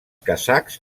kazakhs